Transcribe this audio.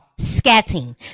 scatting